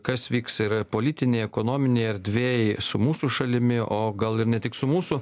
kas vyks ir politinėj ekonominėj erdvėj su mūsų šalimi o gal ir ne tik su mūsų